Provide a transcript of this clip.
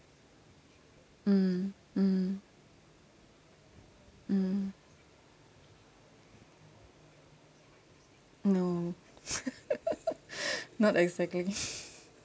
mm mm mm no not exactly